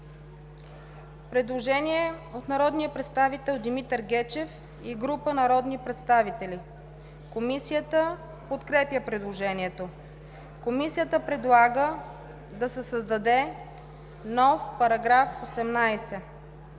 предложение от народния представител Димитър Гечев и група народни представители. Комисията подкрепя предложението. Комисията предлага да се създаде нов § 1: „§ 1.